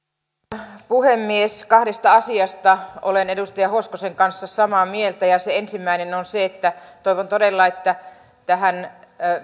arvoisa puhemies kahdesta asiasta olen edustaja hoskosen kanssa samaa mieltä ja se ensimmäinen on se että toivon todella että tähän